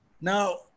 Now